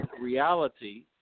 reality